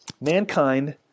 mankind